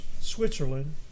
Switzerland